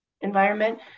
environment